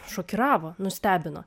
šokiravo nustebino